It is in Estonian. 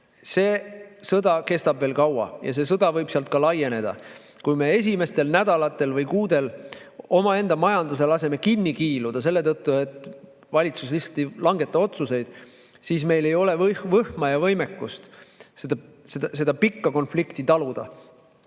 See sõda kestab veel kaua ja see sõda võib ka laieneda. Kui me esimestel nädalatel või kuudel laseme oma majandusel kinni kiiluda selle tõttu, et valitsus lihtsalt ei langeta otsuseid, siis meil ei ole võhma ja võimekust seda pikka konflikti taluda.